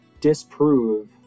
disprove